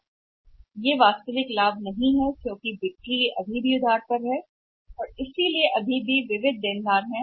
बिक्री पर वे वास्तविक लाभ नहीं हैं क्योंकि बिक्री होती है अभी भी क्रेडिट के आधार पर कहा जाता है कि इस कारण से ऋणी ऋणी हैं